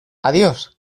adiós